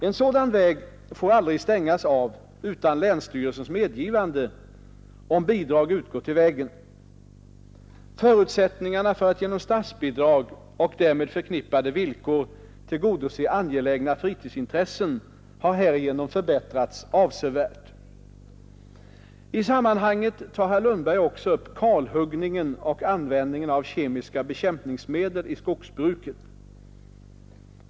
En sådan väg får aldrig stängas av utan länsstyrelsens medgivande, om bidrag utgår till vägen. Förutsättningarna för att genom statsbidrag och därmed förknippade villkor tillgodose angelägna fritidsintressen har härigenom förbättrats avsevärt. I sammanhanget tar herr Lundberg också upp kalhuggningen och användningen av kemiska bekämpningsmedel i skogsbruket.